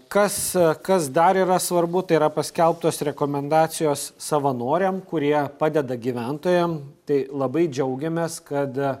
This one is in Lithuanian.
kas kas dar yra svarbu tai yra paskelbtos rekomendacijos savanoriam kurie padeda gyventojam tai labai džiaugiamės kad